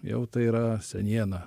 jau tai yra seniena